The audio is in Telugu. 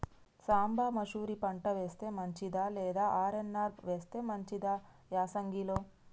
సాంబ మషూరి పంట వేస్తే మంచిదా లేదా ఆర్.ఎన్.ఆర్ వేస్తే మంచిదా యాసంగి లో?